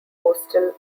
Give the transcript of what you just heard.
coastal